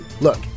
Look